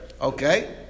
Okay